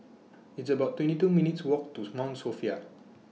It's about twenty two minutes' Walk to Mount Sophia